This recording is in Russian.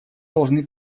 должны